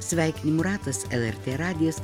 sveikinimų ratas lrt radijas